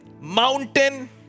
mountain